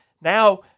now